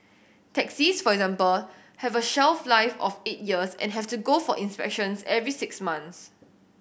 taxis for example have a shelf life of eight years and have to go for inspections every six months